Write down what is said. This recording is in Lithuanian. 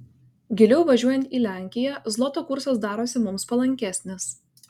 giliau važiuojant į lenkiją zloto kursas darosi mums palankesnis